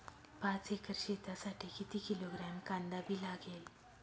पाच एकर शेतासाठी किती किलोग्रॅम कांदा बी लागेल?